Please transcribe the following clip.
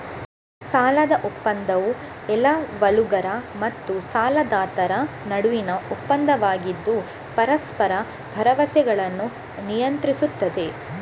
ಸಾಲದ ಒಪ್ಪಂದವು ಎರವಲುಗಾರ ಮತ್ತು ಸಾಲದಾತರ ನಡುವಿನ ಒಪ್ಪಂದವಾಗಿದ್ದು ಪರಸ್ಪರ ಭರವಸೆಗಳನ್ನು ನಿಯಂತ್ರಿಸುತ್ತದೆ